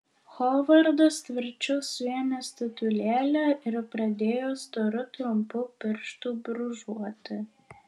hovardas tvirčiau suėmė statulėlę ir pradėjo storu trumpu pirštu brūžuoti